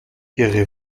ihre